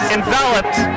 enveloped